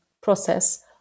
process